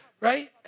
right